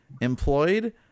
employed